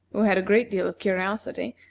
who had a great deal of curiosity,